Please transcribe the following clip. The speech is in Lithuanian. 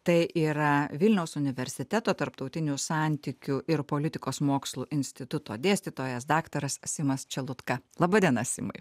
tai yra vilniaus universiteto tarptautinių santykių ir politikos mokslų instituto dėstytojas daktaras simas čelutka laba diena simai